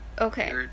Okay